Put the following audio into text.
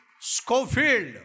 Schofield